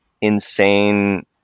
insane